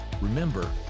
Remember